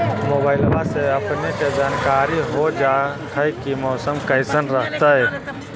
मोबाईलबा से अपने के जानकारी हो जा है की मौसमा कैसन रहतय?